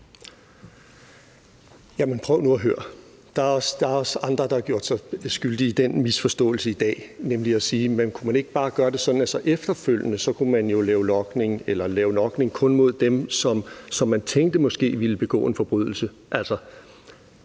prøv nu at høre: Der er også andre, der har gjort sig skyldige i den misforståelse i dag, nemlig ved at sige: Kunne man ikke bare gøre det sådan, at man jo efterfølgende kunne lave logning eller kun lave logning mod dem, som man tænkte måske ville begå en forbrydelse?